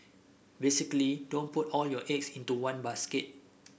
basically don't put all your eggs into one basket